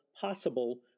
possible